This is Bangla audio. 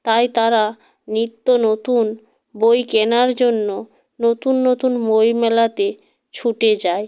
তাই তারা নিত্য নতুন বই কেনার জন্য নতুন নতুন বইমেলাতে ছুটে যায়